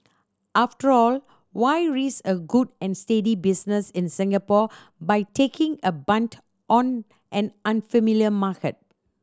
after all why risk a good and steady business in Singapore by taking a punt on an unfamiliar market